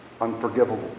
unforgivable